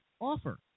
offer